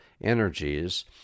energies